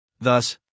Thus